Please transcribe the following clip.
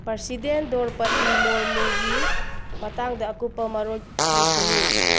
president Droupadi ꯃꯨꯔꯃꯨꯒꯤ ꯃꯇꯥꯡꯗ ꯑꯀꯨꯞꯄ ꯃꯔꯣꯜꯁꯤꯡ ꯊꯤꯌꯨ